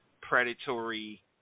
Predatory